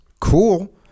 Cool